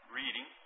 reading